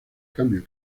cambio